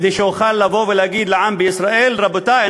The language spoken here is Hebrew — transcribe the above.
כדי שהוא יוכל לבוא ולהגיד לעם בישראל: רבותי,